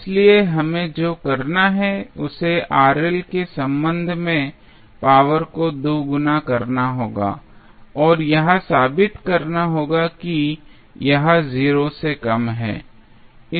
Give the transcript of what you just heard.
इसलिए हमें जो करना है उसे के संबंध में पावर को दोगुना करना होगा और यह साबित करना होगा कि यह 0 से कम है